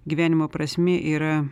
gyvenimo prasmė yra